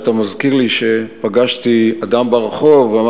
אתה מזכיר לי שפגשתי אדם ברחוב והוא אמר